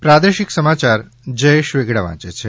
પ્રાદેશિક સમાચાર જયેશ વેગડા વાંચે છે